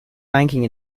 banking